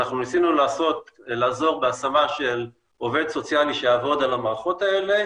ניסינו לעזור בהשמה של עובד סוציאלי שיעבוד על המערכות האלה,